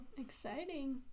exciting